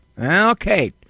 Okay